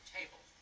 table